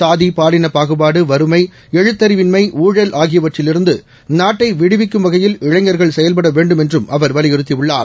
சாதி பாலினப் பாகுபாடு வறுமை எழுத்தறிவின்மை ஊழல் ஆகியவற்றிலிருந்தநாட்டைவிடுவிக்கும் வகையில் இளைஞர்கள் செயல்படவேண்டும் என்றும் அவர் வலியுறுத்தியுள்ளார்